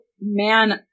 man